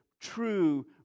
true